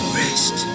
rest